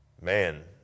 man